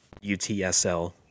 UTSL